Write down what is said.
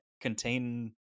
contain